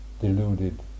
deluded